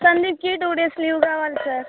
సందీప్కి two days leave కావాలి sir